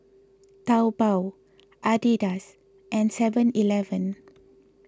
Taobao Adidas and Seven Eleven